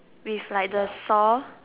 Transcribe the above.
with like the sore